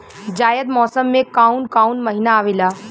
जायद मौसम में काउन काउन महीना आवेला?